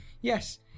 Yes